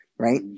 Right